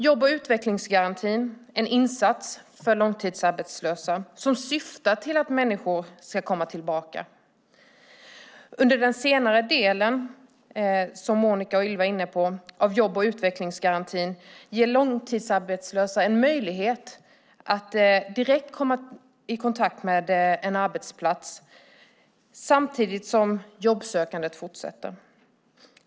Jobb och utvecklingsgarantin är en insats för långtidsarbetslösa som syftar till att människor ska komma tillbaka. Som Monica och Ylva var inne på ger den senare delen av jobb och utvecklingsgarantin långtidsarbetslösa en möjlighet att direkt komma i kontakt med en arbetsplats, samtidigt som jobbsökandet fortsätter.